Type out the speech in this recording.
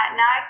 now